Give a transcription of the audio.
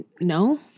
No